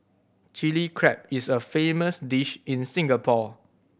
Chilli Crab is a famous dish in Singapore